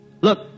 Look